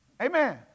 Amen